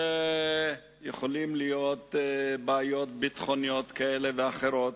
שיכולות להיות בה בעיות ביטחוניות כאלה ואחרות.